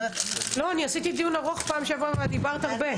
אני עשיתי דיון ארוך פעם שעברה ואת דיברת הרבה,